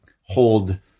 hold